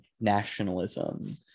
nationalism